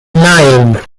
nine